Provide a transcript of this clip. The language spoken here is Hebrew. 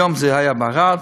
היום זה היה בערד,